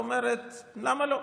אומרת: למה לא?